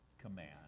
command